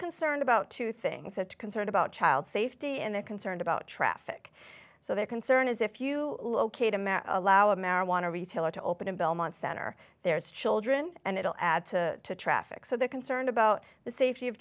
concerned about two things that concern about child safety and they're concerned about traffic so their concern is if you locate a match allow a marijuana retailer to open in belmont center there's children and it will add to traffic so they're concerned about the safety of